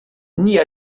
nia